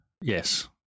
Yes